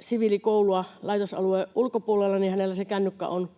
siviilikoulua laitosalueen ulkopuolella, niin hänellä se kännykkä on